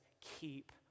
keep